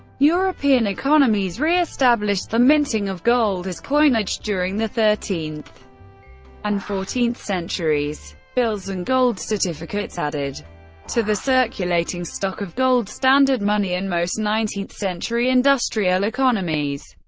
european economies re-established the minting of gold as coinage during the thirteenth and fourteenth centuries. bills and gold certificates added to the circulating stock of gold standard money in most nineteenth century industrial economies.